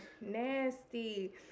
Nasty